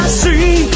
see